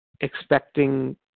expecting